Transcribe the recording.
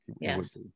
Yes